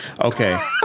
Okay